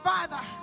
Father